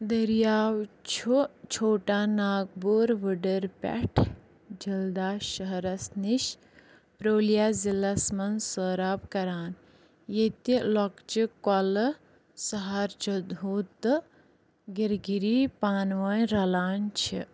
دٔریاو چھُ چھوٹا ناگپور وُڈٕر پٮ۪ٹھ جھلدا شہرس نِش پرولیا ضلعس منٛز سٲراب كران ، ییٚتہِ لۄکچہِ كۄلہٕ سہار تہٕ گرگِری پانونہِ رلان چھِ